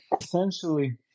Essentially